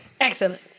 Excellent